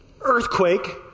Earthquake